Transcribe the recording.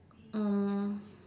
um